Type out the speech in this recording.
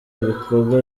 ibikorwa